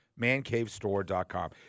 ManCaveStore.com